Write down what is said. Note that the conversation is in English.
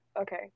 okay